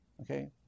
Okay